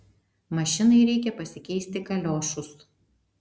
mašinai reikia pasikeisti kaliošus